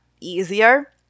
easier